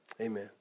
amen